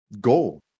goal